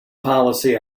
policy